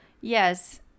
yes